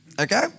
okay